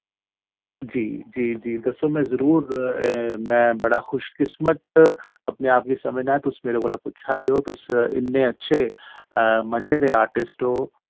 जी जी जी दस्सो में जरूर में बड़ा खुश किस्मत अपने आप गी समझना तुस मेरे कोला पुच्छा दे ओ तुस इन्ने अच्छे मझे दे आर्टिस्ट ओ